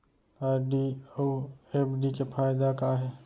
RD अऊ FD के फायेदा का हे?